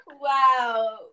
Wow